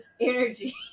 energy